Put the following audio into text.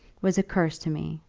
was a curse to me.